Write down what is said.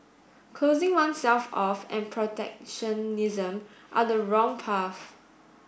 closing oneself off and protectionism are the wrong path